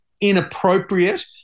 inappropriate